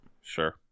Sure